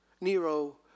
Nero